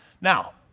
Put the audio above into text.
Now